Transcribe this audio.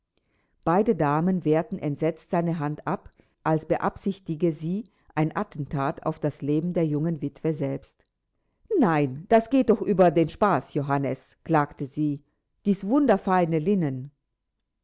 beide damen wehrten entsetzt seine hand ab als beabsichtige sie ein attentat auf das leben der jungen witwe selbst nein das geht denn doch über den spaß johannes klagte sie dies wunderfeine linnen